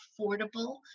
affordable